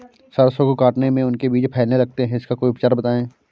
सरसो को काटने में उनके बीज फैलने लगते हैं इसका कोई उपचार बताएं?